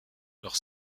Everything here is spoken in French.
leurs